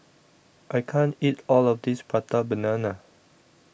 I can't eat All of This Prata Banana